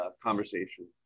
conversation